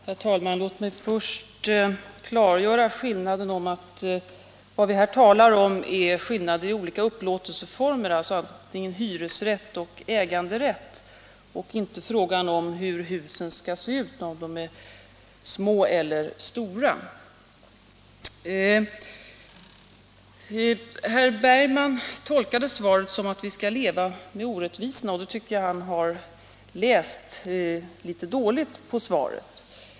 Herr talman! Låt mig först klargöra att vad vi här talar om är skillnader i olika upplåtelseformer — hyresrätt och äganderätt — och inte frågan om hur husen skall se ut, om de är små eller stora. Herr Bergman tolkade svaret så att vi skall leva med orättvisor. Då tycker jag att han läst litet dåligt i svaret.